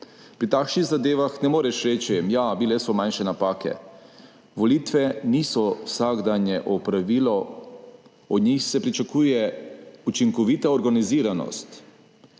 pri takšnih zadevah ne moreš reči, ja, bile so manjše napake. Volitve niso vsakdanje opravilo, od njih se pričakuje učinkovita organiziranost,